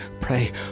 Pray